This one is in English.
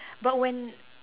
but when